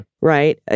Right